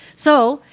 so,